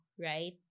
right